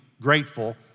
grateful